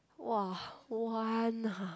!wah! one ah